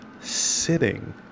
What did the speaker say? sitting